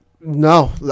No